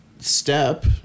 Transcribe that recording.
step